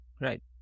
Right